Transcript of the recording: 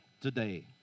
today